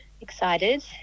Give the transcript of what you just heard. excited